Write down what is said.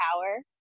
power